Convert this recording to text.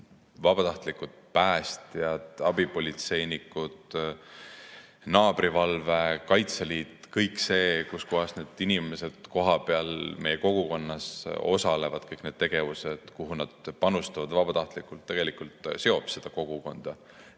vabatahtlikud päästjad, abipolitseinikud, naabrivalve, Kaitseliit. Kõik see, kus inimesed kohapeal meie kogukonnas osalevad, ja kõik need tegevused, kuhu nad panustavad vabatahtlikult, tegelikult seob kogukonda.